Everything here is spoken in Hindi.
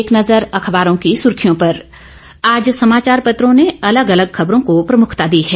एक नजर अखबारों की सुर्खियों पर आज समाचार पत्रों ने अलग अलग खबरों को प्रमुखता दी है